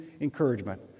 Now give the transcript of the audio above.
encouragement